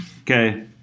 okay